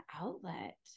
outlet